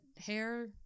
hair